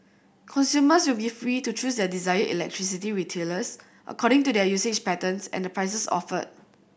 consumers will be free to choose their desired electricity retailers according to their usage patterns and the prices offered